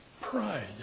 Pride